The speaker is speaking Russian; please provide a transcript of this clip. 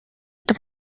это